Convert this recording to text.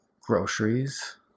groceries